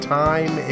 time